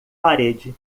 parede